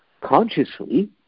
Consciously